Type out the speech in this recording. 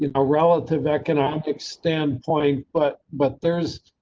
you know a relative economic standpoint, but but there's.